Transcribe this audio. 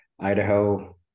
Idaho